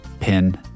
pin